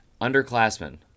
underclassmen